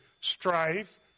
strife